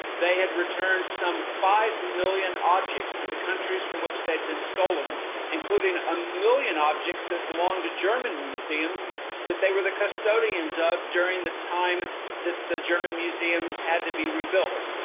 they had returned some five million objects to the countries from which they've been stolen including a million objects that belong to german museums that they were the custodians of during the time that the german museums had to be rebuilt.